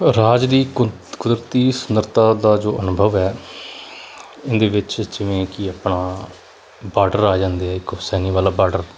ਰਾਜ ਦੀ ਕੁਰ ਕੁਦਰਤੀ ਸੁੰਦਰਤਾ ਦਾ ਜੋ ਅਨੁਭਵ ਹੈ ਇਹਦੇ ਵਿੱਚ ਜਿਵੇਂ ਕਿ ਆਪਣਾ ਬਾਰਡਰ ਆ ਜਾਂਦੇ ਆ ਇੱਕ ਹੁਸੈਨੀ ਵਾਲਾ ਬਾਰਡਰ